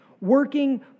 working